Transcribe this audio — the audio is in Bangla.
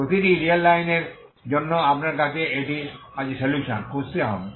প্রতিটি রিয়াল লাইনের জন্য আপনার কাছে এটি আছে সলিউশন খুঁজতে হবে